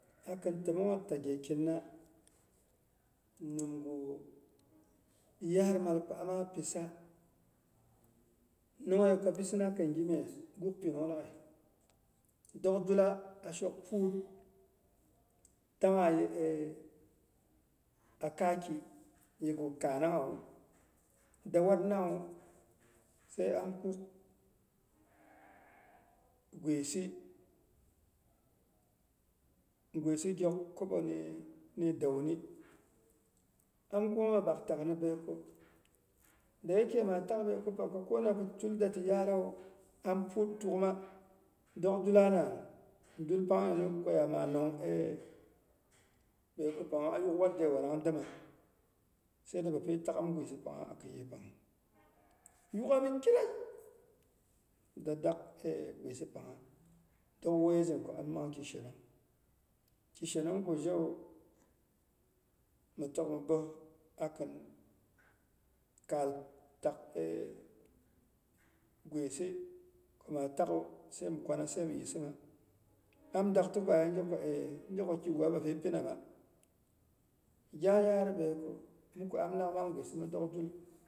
Akin təmongnyet ta ghekinna nimgh yaat mal ko ama pisa nongyei ko bisina kin gimyes guk pinung laghai. Dok dula a shok puut dangha ye a kai ki, yegu kaananghawu, da watna wu, sai am kuk gwisi gwisi gyok kobo ni dauni, am kuma am bak takni baiko. Dayike maa tak baiko pang ko kona da ti tuh dati yaarawu am puut tukghima, dog dula nan. Dul pangnyinu koya maa nong baiko pangnwu a yuk watde warang ayuk dəma. Sai da bapi ta'ghim gwisi pangha akin yepang. Yugha mi kirei, da dak gwisi pangha, tok wueizin ko am mangki shenong, ki shenongu zhewu, mi tok mi ɓoh akin kaal tak gwisi ko maa takghu. Sai mɨ kwana sai mɨ yisima, am dakti gwaye? Zheko eh kiguwa bapi pinama. Gya yaar baiko piko